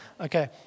Okay